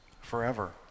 forever